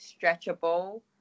stretchable